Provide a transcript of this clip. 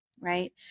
right